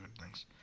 thanks